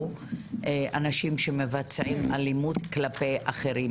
של אנשים שמבצעים אלימות כלפי אחרים?